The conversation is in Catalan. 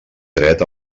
dret